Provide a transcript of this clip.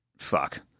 Fuck